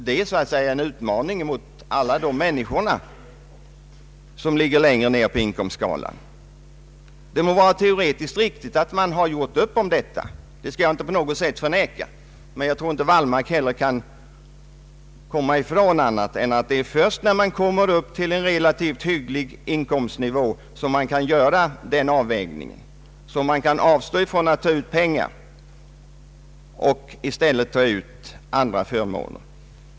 Det är en utmaning mot alla de människor som ligger längre ned på inkomstskalan. Det må vara teoretiskt riktigt att man har avtalat om detta, det skall jag inte förneka. Men jag tror inte att herr Wallmark kan komma ifrån att det är först när man kommer upp i en relativt hygglig inkomstnivå som man kan göra en sådan avvägning, som man kan avstå ifrån att ta ut pengar och i stället ta ut andra förmåner.